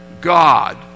God